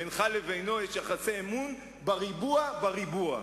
בינך לבינו יש יחסי אמון בריבוע בריבוע,